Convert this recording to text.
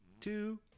two